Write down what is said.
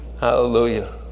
Hallelujah